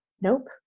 Nope